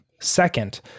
second